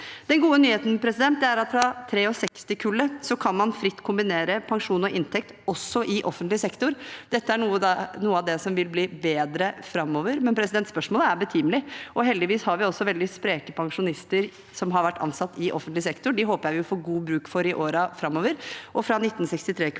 Den gode nyheten er at fra 1963-kullet kan man fritt kombinere pensjon og inntekt også i offentlig sektor. Dette er noe av det som vil bli bedre framover, men spørsmålet er betimelig. Heldigvis har vi også veldig spreke pensjonister som har vært ansatt i offentlig sektor, og de håper jeg vi får god bruk for i årene framover.